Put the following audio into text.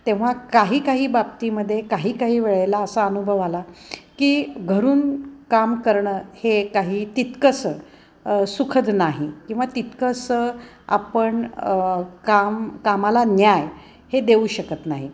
तेव्हा काही काही बाबतीमध्ये काही काही वेळेला असा अनुभव आला की घरून काम करणं हे काही तितकंसं सुखद नाही किंवा तितकंसं आपण काम कामाला न्याय हे देऊ शकत नाही